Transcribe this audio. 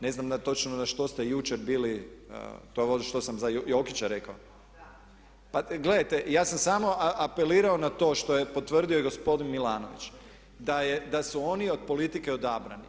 Ne znam točno na što ste jučer bili, to ono što sam za Jokića rekao? … [[Upadica se ne čuje.]] Pa gledajte, ja sam samo apelirao na to što je potvrdio i gospodin Milanović da su oni od politike odabrani.